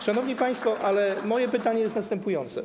Szanowni państwo, moje pytanie jest następujące.